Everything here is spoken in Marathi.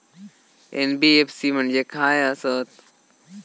एन.बी.एफ.सी म्हणजे खाय आसत?